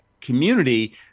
community